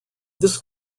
this